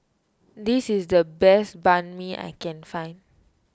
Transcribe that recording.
this is the best Banh Mi I can find